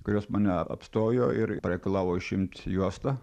kurios mane apstojo ir pareikalavo išimt juostą